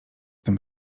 tym